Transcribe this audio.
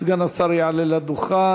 סגן השר יעלה לדוכן.